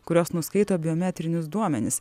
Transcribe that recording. kurios nuskaito biometrinius duomenis